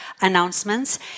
announcements